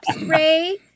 Ray